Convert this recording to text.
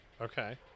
Okay